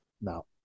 No